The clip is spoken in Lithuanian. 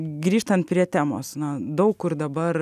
grįžtant prie temos na daug kur dabar